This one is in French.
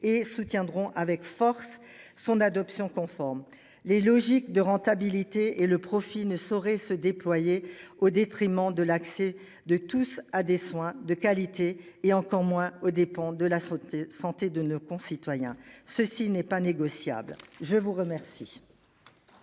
et soutiendront avec force son adoption conforme les logiques de rentabilité et le profit ne saurait se déployer au détriment de l'accès de tous à des soins de qualité et encore moins aux dépens de la santé, santé de nos concitoyens, ceci n'est pas négociable, je vous remercie.